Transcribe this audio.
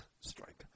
strike